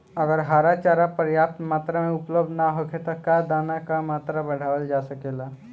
अगर हरा चारा पर्याप्त मात्रा में उपलब्ध ना होखे त का दाना क मात्रा बढ़ावल जा सकेला?